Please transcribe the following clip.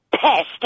pest